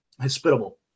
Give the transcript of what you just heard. Hospitable